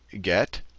get